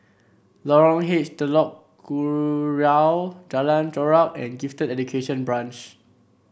Lorong H Telok Kurau Jalan Chorak and Gifted Education Branch